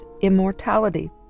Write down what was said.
immortality